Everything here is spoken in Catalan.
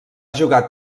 jugar